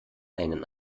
einen